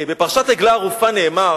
בפרשת עגלה ערופה נאמר